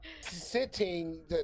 Sitting